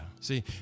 See